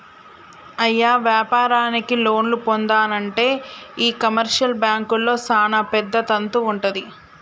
అయ్య వ్యాపారానికి లోన్లు పొందానంటే ఈ కమర్షియల్ బాంకుల్లో సానా పెద్ద తంతు వుంటది